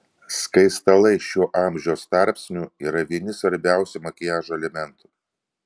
skaistalai šiuo amžiaus tarpsniu yra vieni svarbiausių makiažo elementų